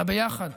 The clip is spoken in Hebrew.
לביחד,